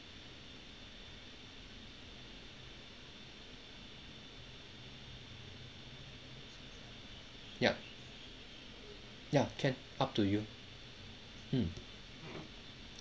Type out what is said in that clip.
yup ya can up to you mm